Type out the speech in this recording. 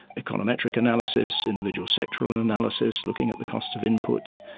a kind of metric analysis, individual sectoral and analysis, looking at the cost of inputs,